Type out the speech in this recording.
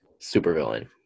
supervillain